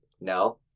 no